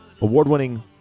award-winning